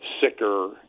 sicker